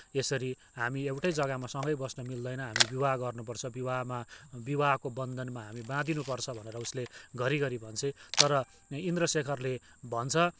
यसरी हामी एउटै जग्गामा सँगै बस्न मिल्दैन हामी विवाह गर्नुपर्छ विवाहमा विवाहको बन्धनमा हामी बाँधिनुपर्छ भनेर उसले घरिघरि भन्छे तर इन्द्रशेखरले भन्छ